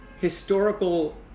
historical